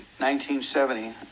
1970